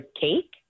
cake